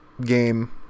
game